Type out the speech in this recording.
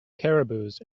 caribous